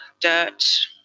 dirt